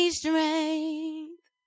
strength